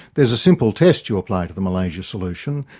there's a simple test you apply to the malaysia solution,